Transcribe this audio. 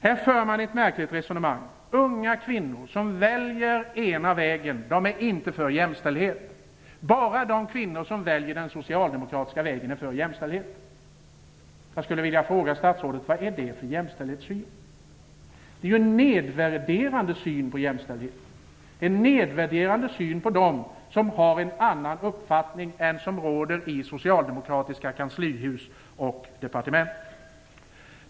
Här för man ett märkligt resonemang. Unga kvinnor som väljer ena vägen är inte för jämställdhet. Bara de kvinnor som väljer den socialdemokratiska vägen är för jämställdhet. Jag skulle vilja fråga statsrådet: Vad är det för jämställdhetssyn? Det är en nedvärderande syn på jämställdheten. Det är en nedvärderande syn på dem som har en annan uppfattning än som råder i socialdemokratiska kanslihus och departement.